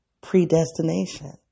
predestination